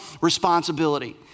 responsibility